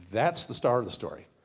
that's the star of the story.